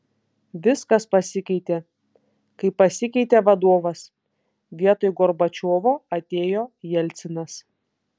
viskas pasikeitė kai pasikeitė vadovas vietoj gorbačiovo atėjo jelcinas